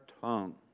tongue